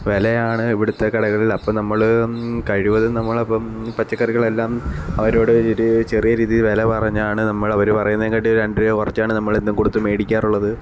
വിലയാണ് ഇവിടുത്തെ കടകളില് അപ്പോൾ നമ്മൾ കഴിവതും നമ്മള് അപ്പം പച്ചക്കറികള് എല്ലാം അവരോടു ചെറിയ രീതിയില് വില പറഞ്ഞാണ് നമ്മൾ അവർ പറയുന്നതിനേക്കാട്ടിൽ രണ്ടു രൂപ കുറച്ചാണ് നമ്മള് എന്നും കൊടുത്ത് മേടിക്കാറുള്ളത്